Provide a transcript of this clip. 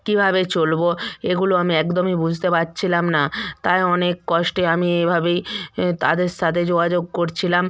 কীভাবে চলবো এগুলো আমি একদমই বুঝতে পারছিলাম না তাই অনেক কষ্টে আমি এভাবেই তাদের সাথে যোগাযোগ করছিলাম